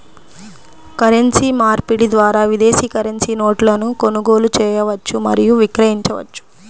currency మార్పిడి ద్వారా విదేశీ కరెన్సీ నోట్లను కొనుగోలు చేయవచ్చు మరియు విక్రయించవచ్చు